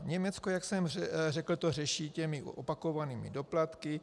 Německo, jak jsem řekl, to řeší opakovanými doplatky.